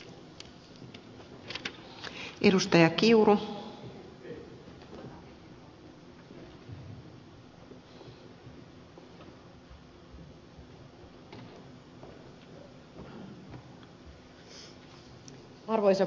arvoisa puhemies